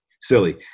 silly